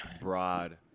broad